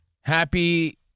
Happy